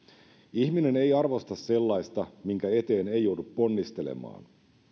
ihminen ei arvosta sellaista minkä eteen ei joudu ponnistelemaan